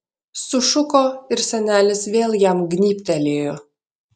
sušuko ir senelis vėl jam gnybtelėjo